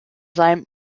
seinem